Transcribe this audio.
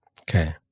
Okay